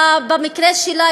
במקרה שלה,